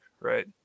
right